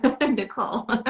Nicole